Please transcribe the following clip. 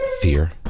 fear